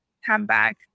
handbag